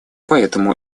поэтому